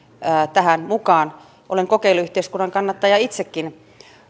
tähän mukaan olen kokeiluyhteiskunnan kannattaja itsekin